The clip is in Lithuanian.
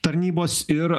tarnybos ir